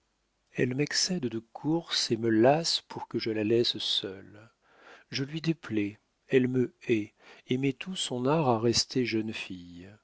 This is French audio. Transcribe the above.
elle m'excède de courses et me lasse pour que je la laisse seule je lui déplais elle me hait et met tout son art à rester jeune fille